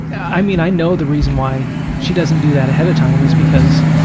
i mean, i know the reason why she doesn't do that ahead of time, is because,